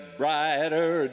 brighter